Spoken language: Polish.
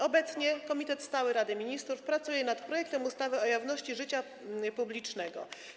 Obecnie Komitet Stały Rady Ministrów pracuje nad projektem ustawy o jawności życia publicznego.